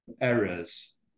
errors